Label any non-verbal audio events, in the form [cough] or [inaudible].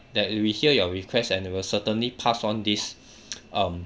that we hear your request and we'll certainly pass on this [noise] um